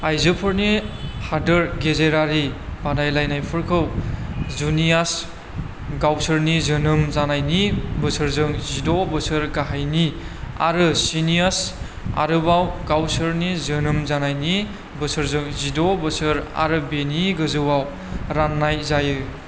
आयजोफोरनि हादोर गेजेरारि बादायलायनायफोरखौ जुनियास गावसोरनि जोनोम जानायनि बोसोरजों जिद' बोसोर गाहायनि आरो सिनियास आरोबाव गावसोरनि जोनोम जानायनि बोसोरजों जिद' बोसोर आरो बेनि गोजौआव रान्नाय जायो